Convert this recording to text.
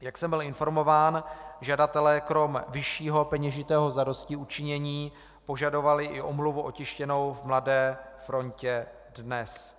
Jak jsem byl informován, žadatelé kromě vyššího peněžitého zadostiučinění požadovali i omluvu otištěnou v Mladé frontě Dnes.